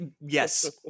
Yes